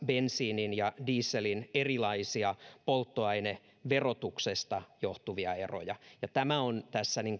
bensiinin ja dieselin erilaisia polttoaineverotuksesta johtuvia eroja tämä on tässä